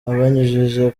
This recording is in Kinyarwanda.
abinyujije